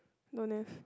don't have